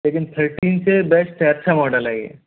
लेकिन थर्टीन से बेस्ट है अच्छा मॉडल है ये